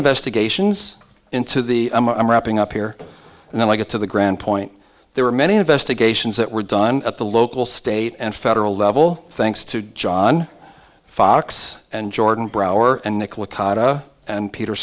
investigations into the i'm wrapping up here and then i get to the ground point there are many investigations that were done at the local state and federal level thanks to john fox and jordan brower and